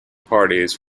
parties